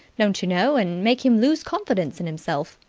don't you know, and make him lose confidence in himself.